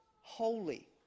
holy